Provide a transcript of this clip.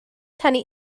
tynnu